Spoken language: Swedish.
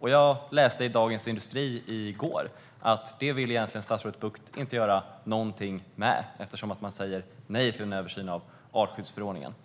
Jag läste i Dagens industri i går att statsrådet Bucht inte vill göra något när det gäller detta, eftersom man säger nej till en översyn av artskyddsförordningen.